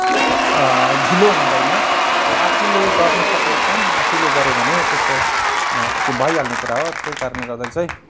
ढिलो हुँदैन त्यो आफूले गर्नसक्ने काम आफैले गर्यौँ भने त्यसको त्यो भइहाल्ने कुरा हो त्यही कारणले गर्दाखेरि चाहिँ